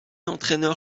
entraîneur